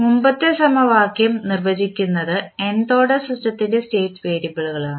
മുമ്പത്തെ സമവാക്യം നിർവചിക്കുന്നത് nth ഓർഡർ സിസ്റ്റത്തിന്റെ സ്റ്റേറ്റ് വേരിയബിളുകളാണ്